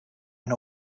and